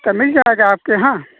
تو مل جائے گا آپ کے یہاں